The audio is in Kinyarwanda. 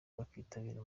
bakitabira